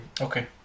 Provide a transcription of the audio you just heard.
Okay